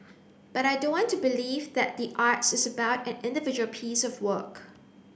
but I don't want to believe that the arts is about an individual piece of work